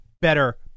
better